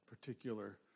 particular